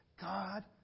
God